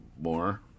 more